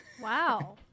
Wow